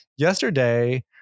Yesterday